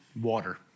Water